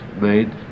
made